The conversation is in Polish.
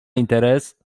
interes